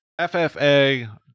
FFA